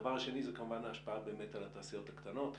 הדבר השני הוא כמובן ההשפעה על התעשיות הקטנות.